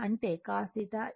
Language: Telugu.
ఇది VI cos θ అంటే cos θ p VI